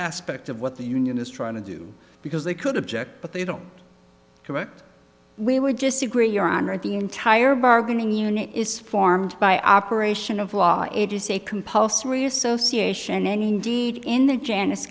aspect of what the union is trying to do because they could object but they don't correct we were just agree your honor the entire bargaining unit is formed by operation of law it is a compulsory association and indeed in the janice